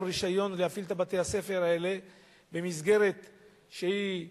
רשיון להפעיל את בתי-הספר האלה במסגרת שמוכרת